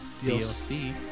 DLC